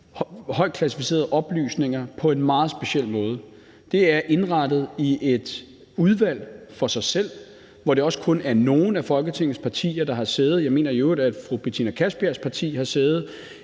højt klassificerede oplysninger på en meget speciel måde. Det er indrettet i et udvalg for sig selv, altså Kontroludvalget, hvor det også kun er nogle af Folketingets partier, der har sæde. Jeg mener i øvrigt også, at fru Betina Kastbjergs parti har sæde